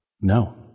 No